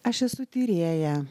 aš esu tyrėja